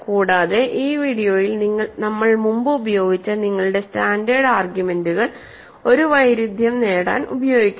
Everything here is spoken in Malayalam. കൂടാതെ ഈ വീഡിയോയിൽ നമ്മൾ മുമ്പ് ഉപയോഗിച്ച നിങ്ങളുടെ സ്റ്റാൻഡേർഡ് ആർഗ്യുമെന്റുകൾ ഒരു വൈരുദ്ധ്യം നേടാൻ ഉപയോഗിക്കുന്നു